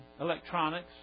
electronics